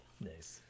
Nice